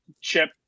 Chip